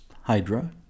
Hydra